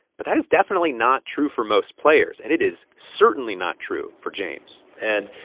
but that is definitely not true for most players. and it is certainly not true for james and,